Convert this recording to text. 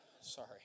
Sorry